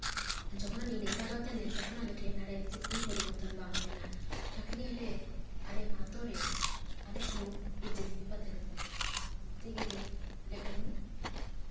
ᱡᱚᱠᱷᱚᱱ ᱟᱹᱱᱤᱡ ᱱᱮᱛᱟ ᱵᱟᱭ ᱛᱟᱦᱮᱸ ᱞᱮᱱ ᱛᱚᱠᱷᱚᱱ ᱟᱞᱮ ᱴᱷᱮᱱ ᱱᱚᱸᱰᱮ ᱪᱮᱫᱜᱮ ᱯᱚᱨᱤᱵᱚᱨᱛᱚᱱ ᱵᱟᱝ ᱦᱩᱭ ᱞᱮᱱᱟ ᱛᱚᱠᱷᱱᱤ ᱟᱞᱮ ᱟᱞᱮ ᱟᱹᱛᱩᱨᱮ ᱟᱞᱮ ᱠᱳᱱᱳ ᱤᱡᱽᱡᱚᱛ ᱜᱮ ᱵᱟᱝ ᱛᱟᱦᱮᱸ ᱠᱟᱱ ᱛᱟᱞᱮᱭᱟ ᱢᱟᱱᱮ ᱵᱚᱞᱛᱮ ᱜᱮᱞᱮ ᱟᱞᱮ ᱠᱳᱱᱳ